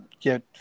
get